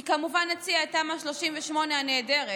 היא כמובן הציעה את תמ"א 38 הנהדרת,